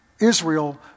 Israel